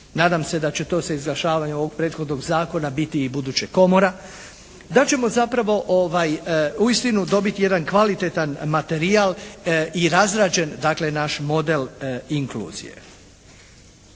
nadam se da će to sa izglašavanjem ovog prethodnog zakona biti i ubuduće komora, da ćemo zapravo uistinu dobiti jedan kvalitetan materijal i razrađen dakle naš model inkluzije.